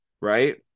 right